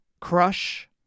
Crush